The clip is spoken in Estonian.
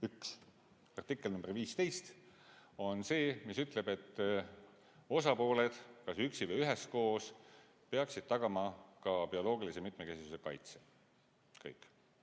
üks, artikkel nr 15 on see, mis ütleb, et osapooled kas üksi või üheskoos peaksid tagama ka bioloogilise mitmekesisuse kaitse. Kõik!